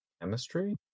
Chemistry